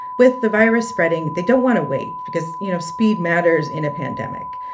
with the virus spreading, they don't want to wait because, you know, speed matters in a pandemic.